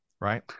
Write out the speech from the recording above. Right